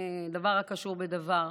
דבר קשור בדבר,